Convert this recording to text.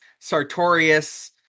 sartorius